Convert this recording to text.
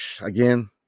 again